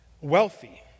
wealthy